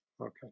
Okay